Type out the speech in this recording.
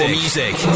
music